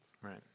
Right